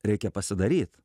reikia pasidaryt